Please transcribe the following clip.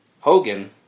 Hogan